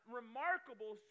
remarkable